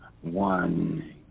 One